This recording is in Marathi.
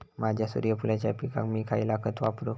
माझ्या सूर्यफुलाच्या पिकाक मी खयला खत वापरू?